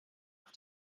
auf